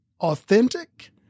authentic